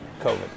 COVID